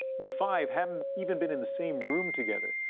the five hadn't even been in the same room together.